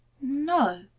No